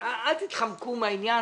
אל תתחמקו מהעניין,